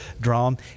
drawn